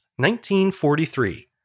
1943